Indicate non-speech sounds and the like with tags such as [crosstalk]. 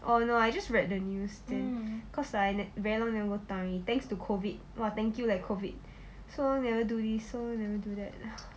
oh no I just read the news then cause like I very long never go town already thanks COVID !wah! thank you leh COVID so never doing so never do that [noise]